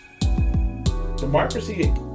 Democracy